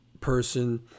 person